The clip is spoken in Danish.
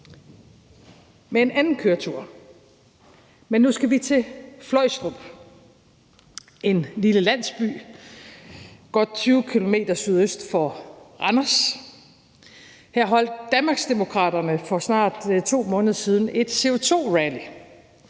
med en anden køretur, men nu skal vi til Fløjstrup, en lille landsby godt 20 km sydøst for Randers. Her holdt Danmarksdemokraterne for snart 2 måneder siden et CO2-rally,